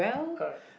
alright